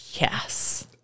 yes